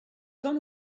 gone